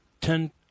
ten